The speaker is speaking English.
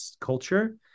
culture